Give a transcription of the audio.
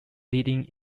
leading